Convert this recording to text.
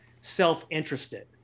self-interested